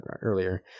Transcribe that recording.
earlier